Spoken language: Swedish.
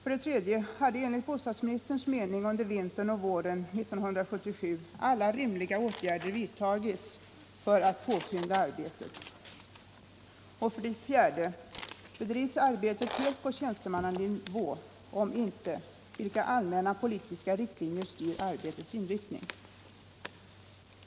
3. Hade enligt bostadsministerns mening under vintern och våren 1977 alla rimliga åtgärder vidtagits för att påskynda arbetet? 4. Bedrivs arbetet helt på tjänstemannanivå? Om inte — vilka allmänna politiska riktlinjer styr arbetets inriktning?